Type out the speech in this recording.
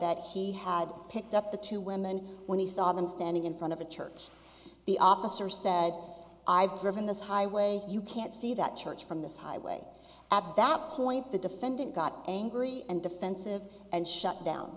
that he had picked up the two women when he saw them standing in front of the church the officer said i've driven this highway you can't see that church from this highway at that point the defendant got angry and defensive and shut down